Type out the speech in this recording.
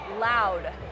loud